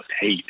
hate